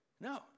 No